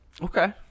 Okay